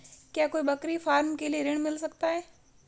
क्या कोई बकरी फार्म के लिए ऋण मिल सकता है?